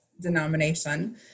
denomination